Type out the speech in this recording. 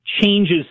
changes